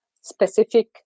specific